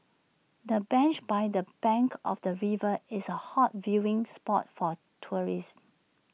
the bench by the bank of the river is A hot viewing spot for tourists